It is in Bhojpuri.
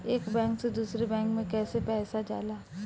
एक बैंक से दूसरे बैंक में कैसे पैसा जाला?